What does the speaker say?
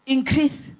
Increase